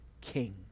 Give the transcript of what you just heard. king